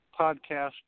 podcast